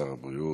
שר הבריאות.